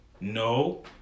No